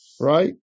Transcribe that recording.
right